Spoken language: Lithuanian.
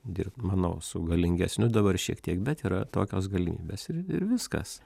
dirbt manau su galingesniu dabar šiek tiek bet yra tokios galimybės ir ir viskas